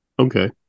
Okay